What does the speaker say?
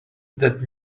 that